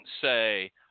say